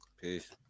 peace